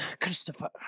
Christopher